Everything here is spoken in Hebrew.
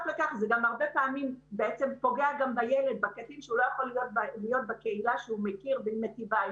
פעמים גם פוגע בילד שלא יכול להיות בקהילה שהוא מכיר ושמטיבה איתו.